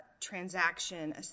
transaction